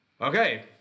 Okay